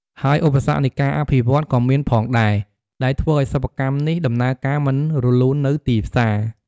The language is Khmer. ហើយឧបសគ្គ នៃការអភិវឌ្ឍន៍ ក៏មានផងដែរ ដែលធ្វើអោយសិប្បកម្មនេះ ដំណើរការមិនរលូននៅទីផ្សារ។